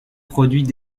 produits